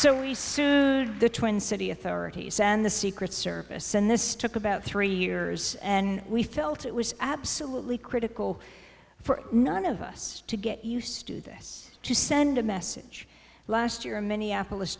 so we sued the twin city authorities and the secret service and this took about three years and we felt it was absolutely critical for none of us to get used to this to send a message last year a minneapolis